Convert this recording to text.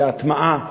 והטמעה